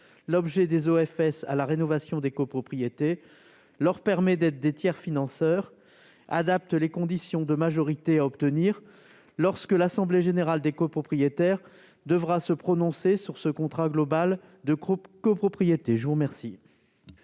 l'objet des OFS à la rénovation des copropriétés, à leur permettre d'être tiers financeurs, et à adapter les conditions de majorité à réunir lorsque l'assemblée générale des copropriétaires devra se prononcer sur ce contrat global de rénovation. La parole